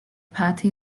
patti